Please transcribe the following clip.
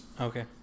Okay